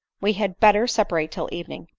we had better separate till evening.